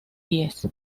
diez